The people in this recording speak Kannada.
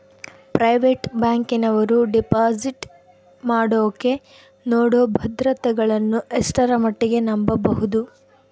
ಪ್ರೈವೇಟ್ ಬ್ಯಾಂಕಿನವರು ಡಿಪಾಸಿಟ್ ಮಾಡೋಕೆ ನೇಡೋ ಭದ್ರತೆಗಳನ್ನು ಎಷ್ಟರ ಮಟ್ಟಿಗೆ ನಂಬಬಹುದು?